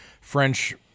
French